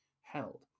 held